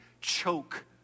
choke